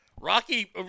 Rocky